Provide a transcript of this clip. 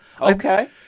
Okay